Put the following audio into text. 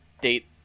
date